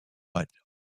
but